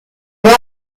bas